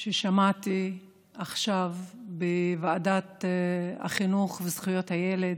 ששמעתי עכשיו בוועדות החינוך וזכויות הילד.